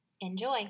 Enjoy